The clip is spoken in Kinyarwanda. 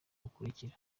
bukurikira